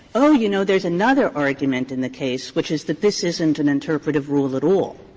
oh, you know, there's another argument in the case, which is that this isn't an interpretative rule at all.